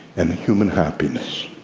and human happiness.